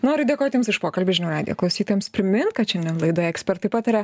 noriu dėkot jums už pokalbį žinių radijo klausytojams primint kad šiandien laidoje ekspertai pataria